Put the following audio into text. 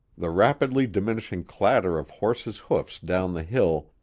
the rapidly diminishing clatter of horses' hoofs down the hill,